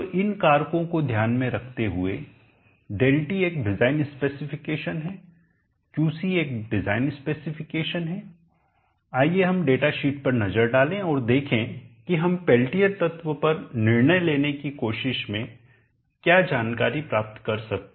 तो इन कारकों को ध्यान में रखते हुए ΔT एक डिजाइन स्पेसिफिकेशन है QC एक डिजाइन स्पेसिफिकेशन है आइए हम डेटा शीट पर नजर डालें और देखें कि हम पेल्टियर तत्व पर निर्णय लेने की कोशिश में क्या जानकारी प्राप्त कर सकते हैं